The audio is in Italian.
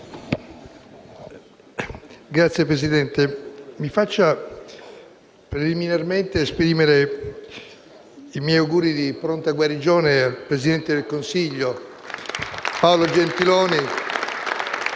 Signor Presidente, mi faccia preliminarmente esprimere i miei auguri di pronta guarigione al presidente del Consiglio Paolo Gentiloni